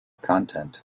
content